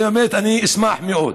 אני באמת אשמח מאוד.